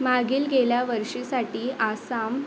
मागील गेल्या वर्षीसाठी आसाम